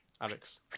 Alex